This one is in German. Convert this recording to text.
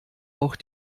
auch